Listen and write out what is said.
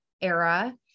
era